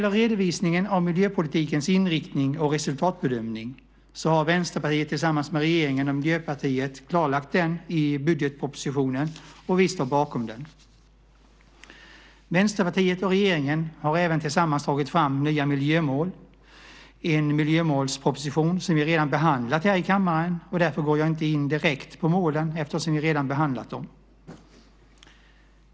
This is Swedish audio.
Redovisningen av miljöpolitikens inriktning och resultatbedömning har Vänsterpartiet tillsammans med regeringen och Miljöpartiet klarlagt i budgetpropositionen, och vi står bakom den. Vänsterpartiet och regeringen har även tillsammans tagit fram nya miljömål, en miljömålsproposition som vi redan behandlat här i kammaren. Jag går inte in direkt på målen eftersom vi redan har behandlat dem.